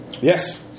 Yes